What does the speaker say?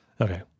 Okay